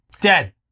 Dead